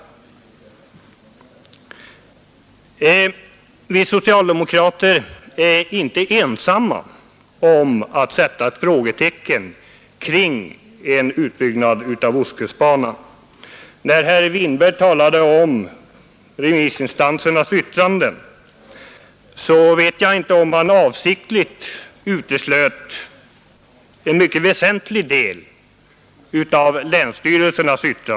Vi socialdemokrater är inte ensamma om att sätta ett frågetecken för 83 en utbyggnad av ostkustbanan. När herr Winberg talade om remissinstansernas yttranden uteslöt han — jag vet inte om han gjorde det avsiktligt — en mycket väsentlig del av dem.